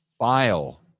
File